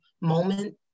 moment